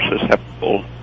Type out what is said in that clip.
susceptible